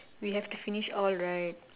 we have to finish all right